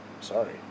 Sorry